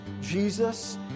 Jesus